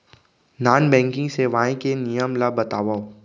Non banking सेवाएं के नियम ला बतावव?